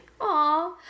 Aw